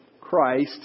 Christ